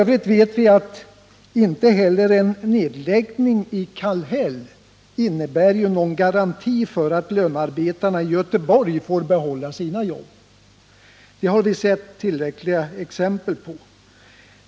Vi vet inte heller om nedläggningen i Kallhäll innebär någon garanti för att lönearbetarna i Göteborg får behålla sina jobb. Vi har tillräckligt med exempel från andra håll som visar att så kanske inte blir fallet.